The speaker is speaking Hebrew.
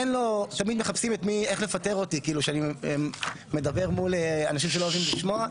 תמיד מחפשים איך לפטר אותי כשאני מדבר מול אנשים שלא אוהבים לשמוע.